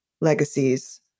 legacies